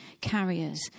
carriers